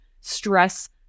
stress